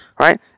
right